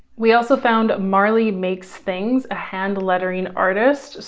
we also found marley makes things, a hand lettering artist.